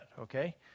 okay